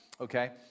okay